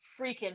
freaking